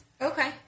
Okay